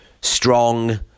Strong